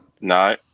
No